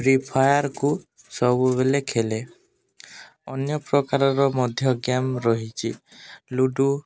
free ଫାୟାର୍କୁ ସବୁବେଲେ ଖେଲେ ଅନ୍ୟ ପ୍ରକାରର ମଧ୍ୟ ଗେମ୍ ରହିଛି ଲୁଡ଼ୁ